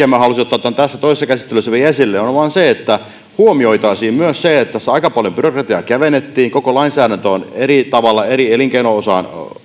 tämän tässä toisessa käsittelyssä vielä esille on vaan se että huomioitaisiin myös se että tässä aika paljon byrokratiaa kevennettiin koko lainsäädäntö on eri tavalla eri elinkeino osaan